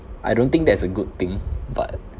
I don't think that's a good thing but